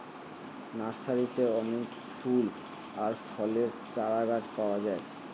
নার্সারিতে অনেক ফুল আর ফলের চারাগাছ পাওয়া যায়